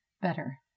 Better